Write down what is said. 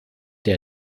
der